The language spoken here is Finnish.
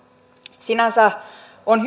sinänsä on